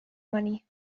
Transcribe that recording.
money